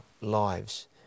lives